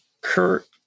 Kurt